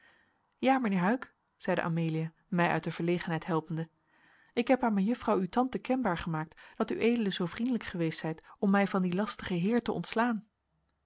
ja mijnheer huyck zeide amelia mij uit de verlegenheid helpende ik heb aan mejuffrouw uw tante kenbaar gemaakt dat ued zoo vriendelijk geweest zijt om mij van dien lastigen heer te ontslaan